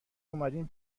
اومدین